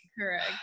correct